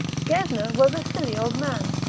gesner was a silly old man,